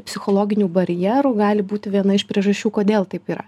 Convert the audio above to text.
psichologinių barjerų gali būti viena iš priežasčių kodėl taip yra